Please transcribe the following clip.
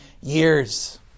years